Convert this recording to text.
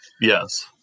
Yes